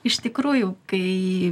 iš tikrųjų kai